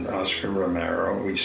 oscar romaro, we